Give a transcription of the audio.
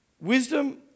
wisdom